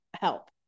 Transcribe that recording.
help